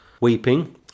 weeping